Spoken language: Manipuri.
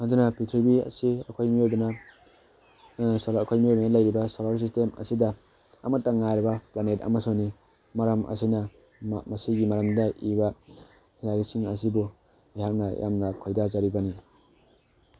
ꯑꯗꯨꯅ ꯄꯤꯊ꯭ꯔꯤꯕꯤ ꯑꯁꯤ ꯑꯩꯈꯣꯏ ꯃꯤꯑꯣꯏꯕꯅ ꯁꯣꯂꯔ ꯑꯩꯈꯣꯏ ꯃꯤꯑꯣꯏꯕꯅ ꯂꯩꯔꯤꯕ ꯁꯣꯂꯔ ꯁꯤꯁꯇꯦꯝ ꯑꯁꯤꯗ ꯑꯃꯇꯪ ꯉꯥꯏꯔꯕ ꯄ꯭ꯂꯥꯅꯦꯠ ꯑꯃꯁꯨꯅꯤ ꯃꯔꯝ ꯑꯁꯤꯅ ꯃꯁꯤꯒꯤ ꯃꯔꯝꯗ ꯏꯕ ꯂꯥꯏꯔꯤꯛꯁꯤꯡ ꯑꯁꯤꯕꯨ ꯑꯩꯍꯥꯛꯅ ꯌꯥꯝꯅ ꯈꯣꯏꯗꯥꯖꯔꯤꯕꯅꯤ